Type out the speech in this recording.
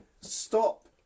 Stop